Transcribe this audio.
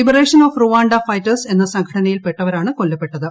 liberation of Rwanda fighters എന്ന സംഘടനയിൽപ്പെട്ടവരാണ് കൊല്ലപ്പെട്ടത്